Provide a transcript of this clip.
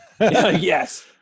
Yes